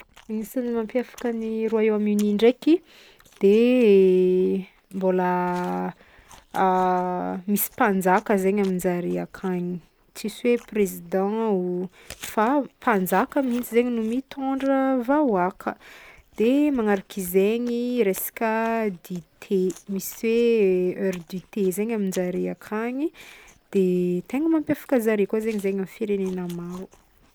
Agnisany mampiavaka ny Royaume-Uni ndraiky de mbôla misy mpanjaka zegny aminjare akagny, tsisy hoe prezida o, fa mpanjaka mihitsy zegny no mitôndra vahoaka de magnarak'izaigny resaka dite misy hoe heure du thé zegny aminjare akagny de tegna mampiavaka zare koa zegny zegny amy firenena maro.